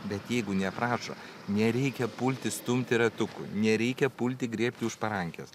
bet jeigu neprašo nereikia pulti stumti ratukų nereikia pulti griebti už parankės